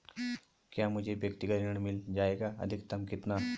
क्या मुझे व्यक्तिगत ऋण मिल जायेगा अधिकतम कितना?